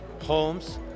homes